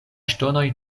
ŝtonoj